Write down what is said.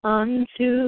unto